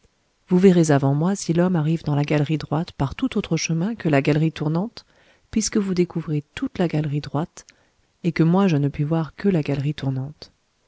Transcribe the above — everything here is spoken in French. vous verrez avant moi si l'homme arrive dans la galerie droite par tout autre chemin que la galerie tournante puisque vous découvrez toute la galerie droite et que moi je ne puis voir que la galerie tournante